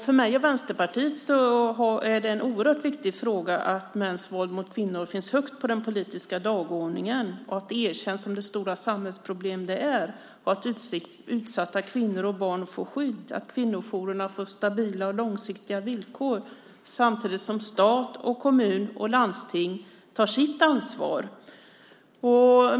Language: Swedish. För mig och Vänsterpartiet är det en oerhört viktig fråga att mäns våld mot kvinnor finns högt på den politiska dagordningen, att det erkänns som det stora samhällsproblem det är, att utsatta kvinnor och barn får skydd och att kvinnojourerna får stabila och långsiktiga villkor samtidigt som stat, kommun och landsting tar sitt ansvar.